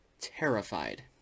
terrified